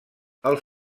els